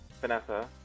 Vanessa